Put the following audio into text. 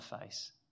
face